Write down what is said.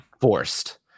Forced